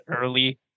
early